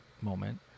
moment